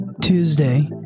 Tuesday